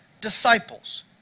disciples